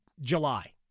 July